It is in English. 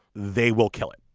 they will kill it.